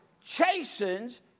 chastens